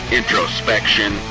introspection